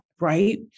right